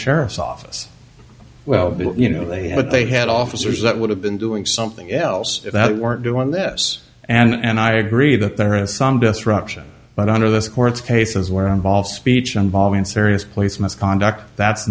sheriff's office well you know but they had officers that would have been doing something else that weren't doing this and i agree that there is some disruption but under this court's cases where involved speech involved in serious police misconduct that's